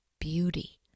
beauty